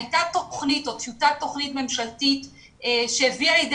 הייתה טיוטת תוכנית ממשלתית שהביאה לידי